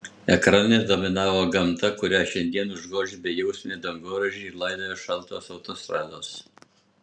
ekrane dominavo gamta kurią šiandien užgožia bejausmiai dangoraižiai ir laidoja šaltos autostrados